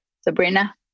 Sabrina